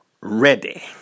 ready